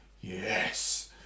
yes